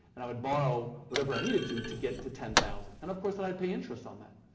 and i would borrow whatever i needed to to get to ten thousand, and, of course, i would pay interest on that,